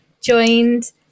joined